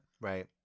right